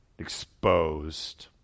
exposed